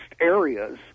areas